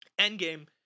Endgame